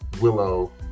Willow